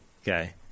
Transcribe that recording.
Okay